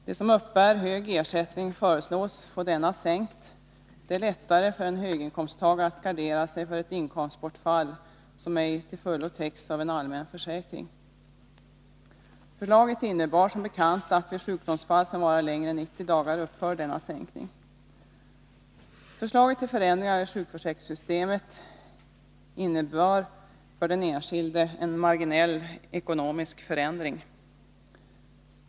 De som uppbär hög ersättning föreslås få denna sänkt, då det är lättare för en höginkomsttagare att gardera sig för ett inkomstbortfall som ej till fullo täcks av en allmän försäkring. Förslaget innebär som bekant att denna sänkning upphör vid sjukdomsfall som varar längre än 90 dagar. Förslaget till förändringarna i sjukförsäkringssystemet innebär för den enskilde en marginell ekonomisk förändring.